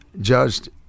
judged